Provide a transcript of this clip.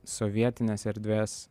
sovietinės erdvės